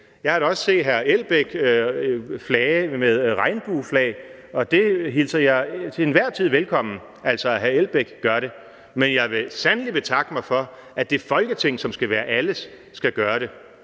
Jeg har da også set hr. Uffe Elbæk flage med regnbueflag, og det hilser jeg til enhver tid velkommen, altså at hr. Uffe Elbæk gør det, men jeg vil sandelig betakke mig for, at det Folketing, som skal være alles, skal gøre det.